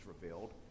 revealed